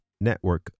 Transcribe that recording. network